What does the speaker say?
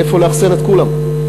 איפה נאכסן את כולם?